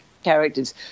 characters